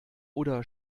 oder